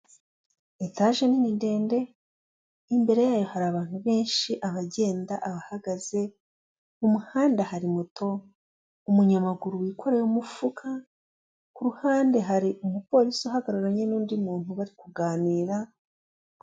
Etaje nini ndende, imbere yayo hari abantu benshi, abagenda, abahagaze, mu muhanda hari moto, umunyamaguru wikoreye umufuka, ku ruhande hari umupolisi uhagararanye n'undi muntu bari kuganira